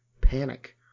panic